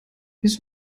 ist